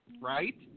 right